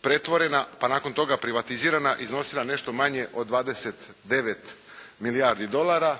pretvorena pa nakon toga privatizirana iznosila nešto manje od 29 milijardi dolara,